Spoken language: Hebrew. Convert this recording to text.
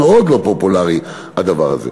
מאוד לא פופולרי הדבר הזה.